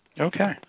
Okay